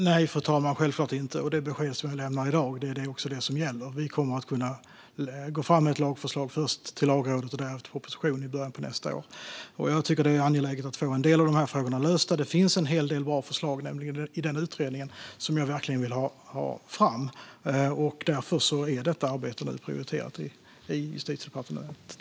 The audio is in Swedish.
Fru talman! Nej, självklart inte. Det besked som jag lämnar i dag är det som gäller. Vi kommer att kunna gå fram med ett lagförslag till Lagrådet och därefter lägga fram en proposition i början av nästa år. Jag tycker att det är angeläget att få en del av de här frågorna lösta. Det finns nämligen i den utredningen en hel del bra förslag som jag verkligen vill ha fram. Därför är detta arbete nu prioriterat i Justitiedepartementet.